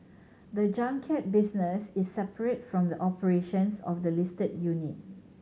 the junket business is separate from the operations of the listed unit